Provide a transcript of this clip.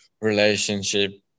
relationship